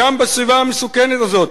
שם, בסביבה המסוכנת הזאת.